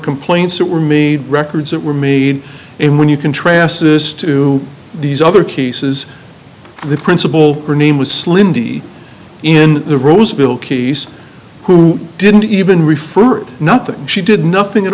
complaints that were made records that were made in when you contrast this to these other cases the principal her name was slim d in the roseville keyes who didn't even refer nothing she did nothing at